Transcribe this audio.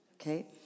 okay